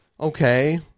Okay